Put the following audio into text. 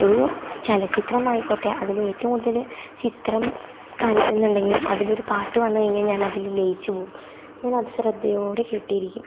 ഒരു ചലചിച്ചിത്രം ആയിക്കോട്ടെ അതിൽ ഏറ്റ്വും കൂടുതൽ ചിത്രം കാണിക്കുന്നുണ്ടെങ്കിൽ അതിലൊരു പാട്ട് വന്ന് കഴിഞ്ഞാൽ ഞാൻ അതിൽ ലയിച്ച് പോവും ഞാൻ അത് ശ്രദ്ധയോടെ കേട്ടിരിക്കും